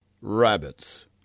Rabbits